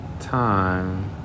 time